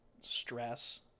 stress